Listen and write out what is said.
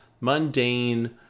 mundane